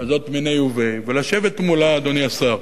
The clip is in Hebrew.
הזאת מיניה וביה, ולשבת מולה, אדוני השר,